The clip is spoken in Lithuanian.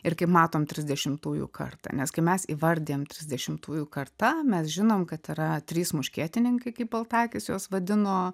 ir kaip matom trisdešimtųjų kartą nes kai mes įvardijam trisdešimtųjų karta mes žinom kad yra trys muškietininkai kaip baltakis juos vadino